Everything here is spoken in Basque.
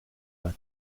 bat